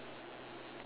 ya